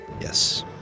Yes